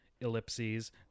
Ellipses